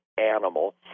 animal